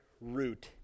route